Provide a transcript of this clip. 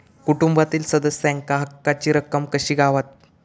कुटुंबातील सदस्यांका हक्काची रक्कम कशी गावात?